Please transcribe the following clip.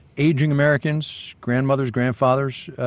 aging americans, grandmothers, grandfathers.